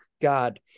god